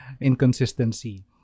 inconsistency